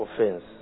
offense